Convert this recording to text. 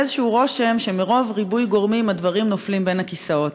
עולה איזה רושם שמרוב גורמים הדברים נופלים בין הכיסאות,